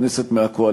מה,